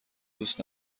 دوست